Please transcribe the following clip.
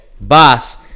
Boss